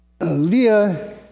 Leah